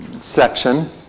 section